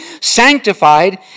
sanctified